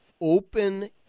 open